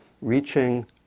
reaching